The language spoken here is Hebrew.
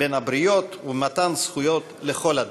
בין הבריות ובמתן זכויות לכל אדם.